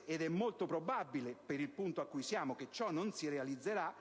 - è molto probabile che ciò non si realizzerà,